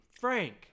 Frank